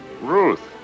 Ruth